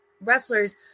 wrestlers